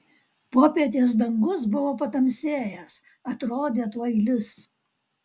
popietės dangus buvo patamsėjęs atrodė tuoj lis